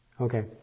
Okay